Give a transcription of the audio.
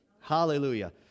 Hallelujah